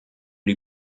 die